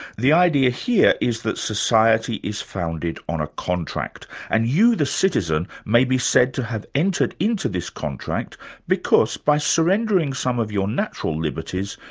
the idea here is that society is founded on a contract, and you, the citizen, may be said to have entered into this contract because, by surrendering some of your natural liberties,